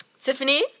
Tiffany